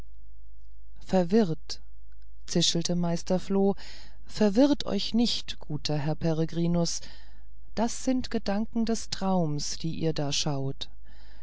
verwirrt zischelte meister floh verwirrt euch nicht guter herr peregrinus das sind gedanken des traums die ihr da schaut